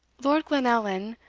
lord glenallan,